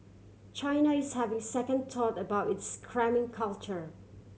China is having second thought about its cramming culture